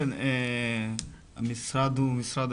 בבקשה.